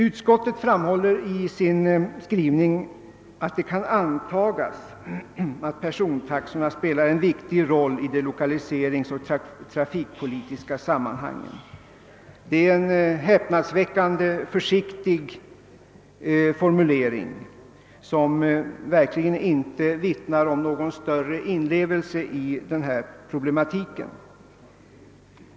Utskottet framhåller i sin skrivning att det »kan antagas att persontaxorna spelar en viktig roll i de lokaliseringsoch trafikpolitiska sammanhangen«. Det är en häpnadsväckande försiktig formulering som verkligen inte vittnar om någon större inlevelse i problematiken.